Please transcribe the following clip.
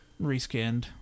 reskinned